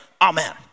Amen